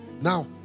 Now